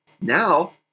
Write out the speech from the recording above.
Now